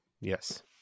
Yes